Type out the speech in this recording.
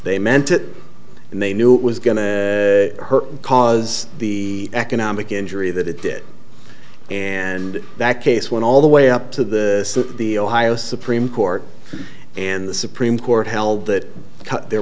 they meant it and they knew it was going to hurt cause the economic injury that it did and that case went all the way up to the suit the ohio supreme court and the supreme court held that there